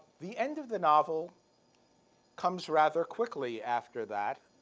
the end of the novel comes rather quickly after that.